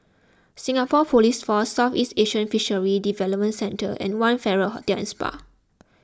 Singapore Police Force Southeast Asian Fisheries Development Centre and one Farrer Hotel and Spa